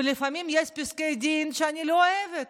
ולפעמים יש פסקי דין שאני לא אוהבת,